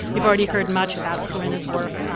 you've already heard much about corinna's work,